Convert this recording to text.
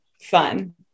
fun